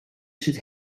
sydd